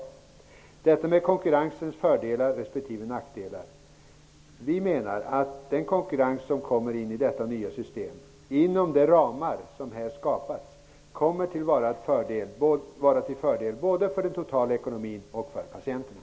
Vidare var det frågan om konkurrensens fördelar och nackdelar. Vi menar att den konkurrens som kommer att finnas inom detta system, inom de ramar som har skapats, kommer att vara till fördel både för den totala ekonomin och för patienterna.